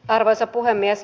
arvoisa puhemies